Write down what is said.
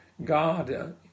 God